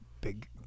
big